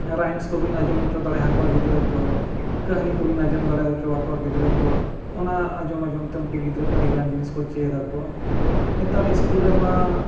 rhymes ᱠᱚᱵᱤᱱ ᱟᱸᱡᱚᱢ ᱦᱚᱪᱚ ᱫᱟᱲᱮ ᱟᱠᱚᱣᱟ ᱜᱤᱫᱽᱨᱟᱹ ᱠᱚ ᱠᱟᱹᱦᱱᱤ ᱠᱚᱵᱤᱱ ᱟᱸᱡᱚᱢ ᱫᱟᱲᱮ ᱦᱚᱪᱚ ᱟᱠᱚᱣᱟ ᱜᱤᱫᱽᱨᱟᱹ ᱠᱚ ᱚᱱᱟ ᱟᱸᱡᱚᱢ ᱟᱸᱡᱚᱢᱛᱮ ᱩᱱᱠᱩ ᱜᱤᱫᱽᱨᱟᱹ ᱠᱚ ᱟᱹᱰᱤᱜᱟᱱ ᱡᱤᱱᱤᱥ ᱠᱚ ᱪᱮᱫᱟᱠᱚ ᱱᱮᱛᱟᱨ ᱥᱠᱩᱞ ᱨᱮᱢᱟ